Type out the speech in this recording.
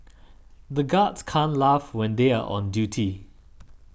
the guards can't laugh when they are on duty